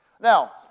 Now